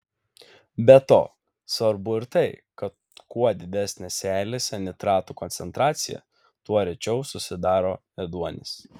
be to svarbu ir tai kad kuo didesnė seilėse nitratų koncentracija tuo rečiau susidaro ėduonis